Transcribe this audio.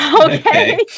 Okay